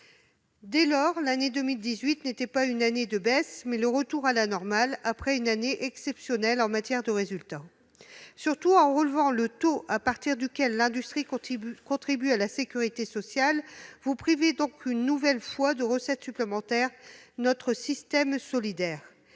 Dès lors, l'année 2018 a marqué non pas une baisse, mais un retour à la normale après une année exceptionnelle en matière de résultats. Surtout, en relevant le taux à partir duquel l'industrie contribue à la sécurité sociale, vous privez une nouvelle fois de recettes supplémentaires notre système solidaire